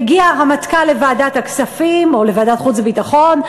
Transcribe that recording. מגיע הרמטכ"ל לוועדת הכספים או לוועדת החוץ והביטחון,